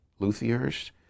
luthiers